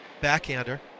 Backhander